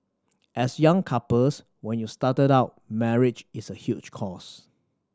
as young couples when you started out marriage is a huge cost